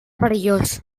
perillós